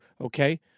okay